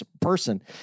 person